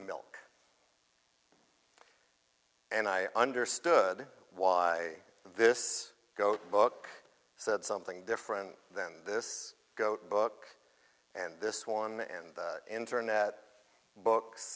milk and i understood why this goat book said something different than this goat book and this one and internet books